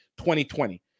2020